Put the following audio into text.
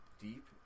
deep